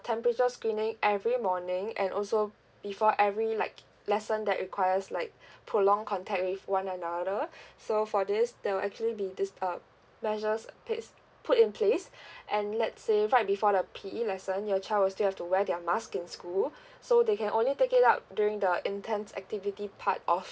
temperature screening every morning and also before every like lesson that requires like prolong contact with one another so for this there will actually be this uh measures place put in place and let's say right before the P_E lesson your child will still have to wear their mask in school so they can only take it out during the intense activity part of